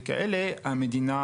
המדינה